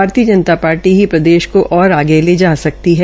भारतीय जनता पार्टी ही प्रदेश को ओर आगे ले जा सकती है